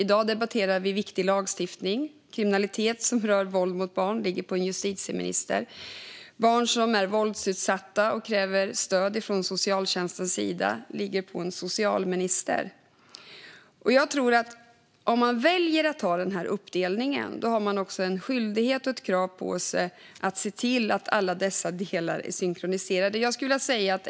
I dag debatterar vi viktig lagstiftning. Kriminalitet som rör våld mot barn ligger inom justitieministerns ansvarsområde. Barn som är våldsutsatta och kräver stöd från socialtjänsten ligger inom socialministerns ansvarsområde. Om man väljer att ha den uppdelningen har man också en skyldighet och krav på sig att se till att alla dessa delar är synkroniserade.